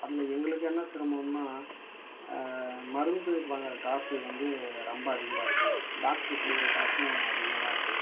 அதில் எங்களுக்கு என்ன சிரமம்னா மருந்து வாங்குகிற காசு வந்து ரொம்ப அதிகமாக இருக்குது டாக்டர் கொடுக்குற காசும் அதிகமாக தான் இருக்குது